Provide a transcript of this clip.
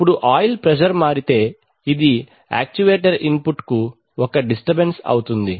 ఇప్పుడు oil pressure మారితే అది యాక్చు వేటర్ ఇన్పుట్ కు ఒక డిస్టర్ బెన్స్ అవుతుంది